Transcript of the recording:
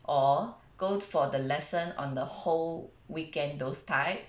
or go for the lesson on the whole weekend those type